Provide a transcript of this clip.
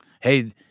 Hey